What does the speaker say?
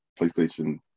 PlayStation